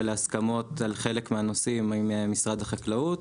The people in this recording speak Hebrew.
להסכמות על חלק מהנושאים עם משרד החקלאות,